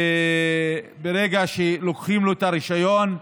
וברגע שלוקחים לו את הרישיון,